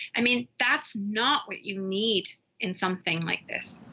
i mean, that's not what you need in something like this.